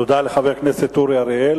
תודה לחבר הכנסת אורי אריאל.